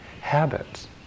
habits